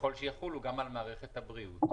ככל שיחולו גם על מערכת הבריאות.